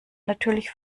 natürlich